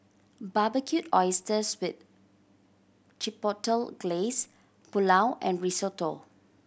Barbecued Oysters with Chipotle Glaze Pulao and Risotto